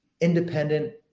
independent